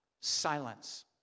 Silence